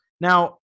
Now